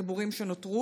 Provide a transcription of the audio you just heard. לחיבורים שנותרו?